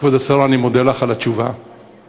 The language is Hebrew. כבוד השרה, אני מודה לך על התשובה המדויקת.